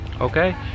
okay